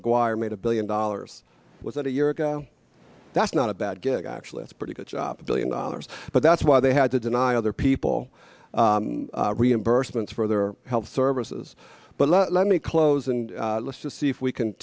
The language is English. mcguire made a billion dollars was that a year ago that's not a bad gig actually a pretty good job billion dollars but that's why they had to deny other people reimbursements for their health services but let me close and let's just see if we can